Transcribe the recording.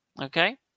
Okay